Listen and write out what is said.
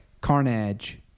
carnage